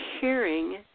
hearing